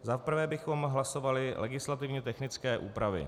Za prvé bychom hlasovali legislativně technické úpravy.